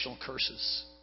curses